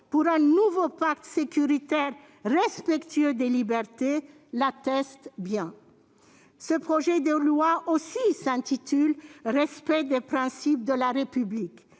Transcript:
Pour un nouveau pacte de sécurité respectueux des libertés », l'atteste bien. Ce projet de loi s'intitule lui-même « Respect des principes de la République ».